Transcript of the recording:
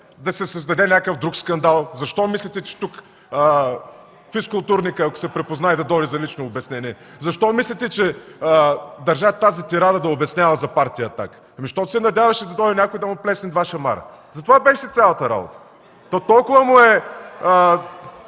да се създаде някакъв друг скандал. Защо мислите, че тук физкултурникът – ако се припознае, да дойде за лично обяснение – държа тази тирада, да обяснява за Партия „Атака”? Защото се надяваше да дойде някой и да му плесне два шамара. Затова беше цялата работа. Толкова му е